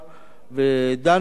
דנו יחד אתם